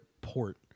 port